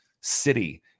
city